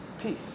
peace